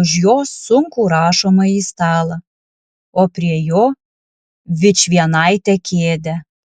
už jos sunkų rašomąjį stalą o prie jo vičvienaitę kėdę